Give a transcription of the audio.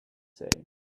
same